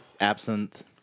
absinthe